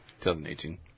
2018